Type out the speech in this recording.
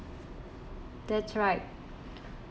that's right